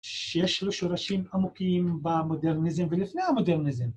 שיש לו שורשים עמוקים במודרניזם ולפני המודרניזם.